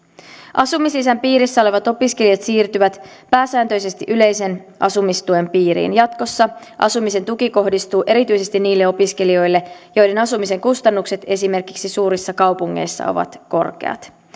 asumislisän piirissä olevat opiskelijat siirtyvät pääsääntöisesti yleisen asumistuen piiriin jatkossa asumisen tuki kohdistuu erityisesti niille opiskelijoille joiden asumisen kustannukset esimerkiksi suurissa kaupungeissa ovat korkeat